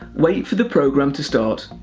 wait for the program to start.